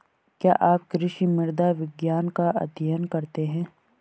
क्या आप कृषि मृदा विज्ञान का अध्ययन करते हैं?